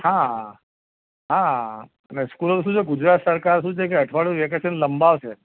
હા હા અને સ્કૂલો શું છે ગુજરાત સરકાર શું છે કે અઠવાડિયુ વેકેશન લંબાવશે